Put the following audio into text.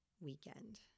weekend